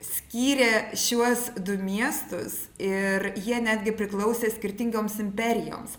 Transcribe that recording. skyrė šiuos du miestus ir jie netgi priklausė skirtingoms imperijoms